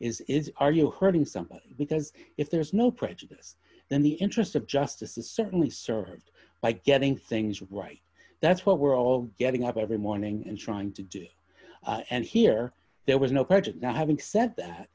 is is are you hurting somebody because if there is no prejudice then the interest of justice is certainly served by getting things right that's what we're all getting up every morning and trying to do and here there was no pledge of not having said that